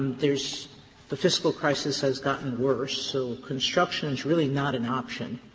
there's the fiscal crisis has gotten worse, so construction is really not an option.